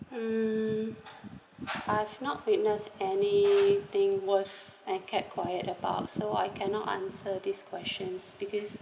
um I've not witness any thing worse and kept quiet about so I cannot answer these questions because